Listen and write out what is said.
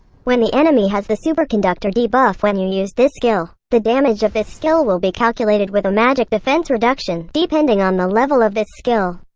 when the enemy has the superconductor debuff when you used this skill, the damage of this skill will be calculated with a magic defense reduction, depending on the level of this skill.